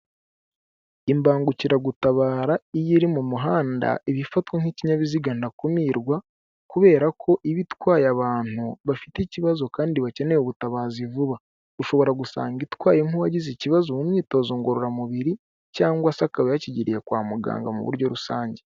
Imbangukiragutabara iyo iri mu muhanda ibi ifatwa nk'ikinyabiziga ndakumirwa, kubera ko iba itwaye abantu bafite ikibazo kandi bakeneye ubutabazi vuba, ushobora gusanga itwaye nk'uwagize ikibazo mu myitozo ngororamubiri cyangwa se akaba yakigiriye kwa muganga mu buryo rusange.